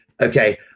okay